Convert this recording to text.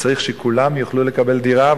וצריך שכולם יוכלו לקבל דירה,